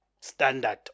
standard